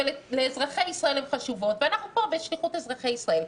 אבל לאזרחי ישראל הן חשובות ואנחנו פה בשליחות אזרחי ישראל.